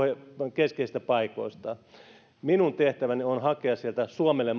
keskeisistä paikoista minun tehtäväni on hakea sieltä suomelle